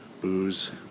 booze